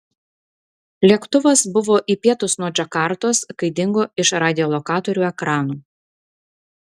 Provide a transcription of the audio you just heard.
lėktuvas buvo į pietus nuo džakartos kai dingo iš radiolokatorių ekranų